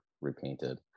repainted